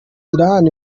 elan